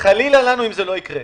וחלילה לנו אם זה לא יקרה.